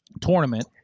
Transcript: tournament